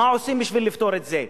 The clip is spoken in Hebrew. מה עושים בשביל לפתור את זה?